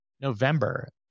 November